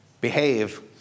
behave